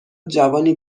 جوانی